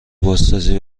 بازسازی